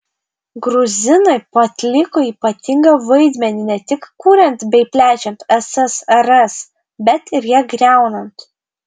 gruzinai atliko ypatingą vaidmenį ne tik kuriant bei plečiant ssrs bet ir ją griaunant